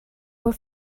were